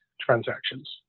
transactions